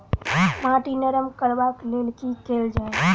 माटि नरम करबाक लेल की केल जाय?